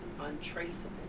untraceable